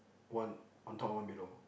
one on top one below